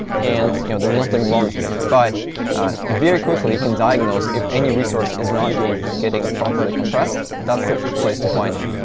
and you know there's nothing wrong here. but very quickly, you can diagnose if any resource is not getting getting properly compressed. that's the place to find it.